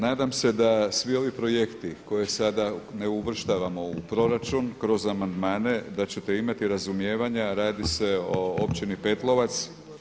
Nadam se da svi ovi projekti koje sada ne uvrštavamo u proračun kroz amandmane da ćete imati razumijevanja radi se o općini Petlovac.